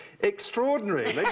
extraordinary